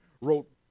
wrote